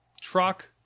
truck